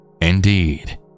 Indeed